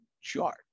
chart